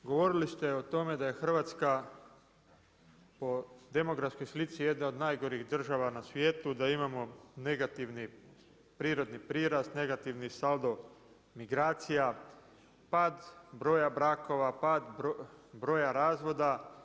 Govorili ste o tome da je Hrvatska po demografskoj slici jedna od najgorih država na svijetu, da imamo negativni prirodni prirast, negativni saldo migracija, pad broja brakova, pad broja razvoda.